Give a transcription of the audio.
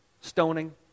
stoning